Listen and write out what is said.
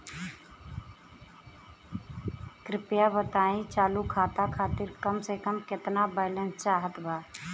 कृपया बताई कि चालू खाता खातिर कम से कम केतना बैलैंस चाहत बा